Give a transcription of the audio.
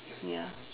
ya